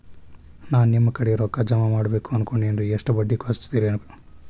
ನಾ ನಿಮ್ಮ ಕಡೆ ರೊಕ್ಕ ಜಮಾ ಮಾಡಬೇಕು ಅನ್ಕೊಂಡೆನ್ರಿ, ಎಷ್ಟು ಬಡ್ಡಿ ಹಚ್ಚಿಕೊಡುತ್ತೇರಿ?